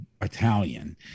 Italian